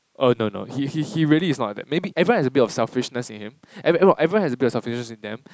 oh no no he he he really is not like that everyone has a bit of selfishness in him eh no everyone has a bit of selfishness in them